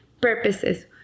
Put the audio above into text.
purposes